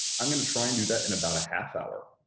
i'm going to try and do that in about a half hour,